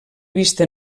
vista